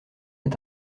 est